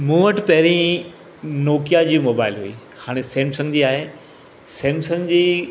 मूं वटि पहिरीं नौकिया जी मोबाइल हुई हाणे सैमसंग जी आहे सैमसंग जी